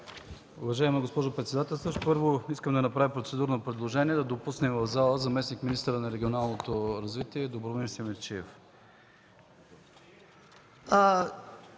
Уважаема госпожо председател, първо искам да направя процедурно предложение – да допуснем в залата заместник-министъра на регионалното развитие Добромир Симидчиев.